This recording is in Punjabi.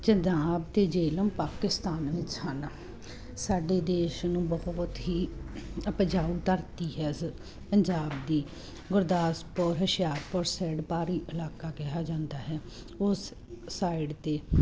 ਚਨਾਬ ਅਤੇ ਜੇਹਲਮ ਪਾਕਿਸਤਾਨ ਵਿੱਚ ਹਨ ਸਾਡੇ ਦੇਸ਼ ਨੂੰ ਬਹੁਤ ਹੀ ਉਪਜਾਊ ਧਰਤੀ ਹੈ ਸ ਪੰਜਾਬ ਦੀ ਗੁਰਦਾਸਪੁਰ ਹੁਸ਼ਿਆਰਪੁਰ ਸੈਡ ਪਹਾੜੀ ਇਲਾਕਾ ਕਿਹਾ ਜਾਂਦਾ ਹੈ ਉਸ ਸਾਈਡ 'ਤੇ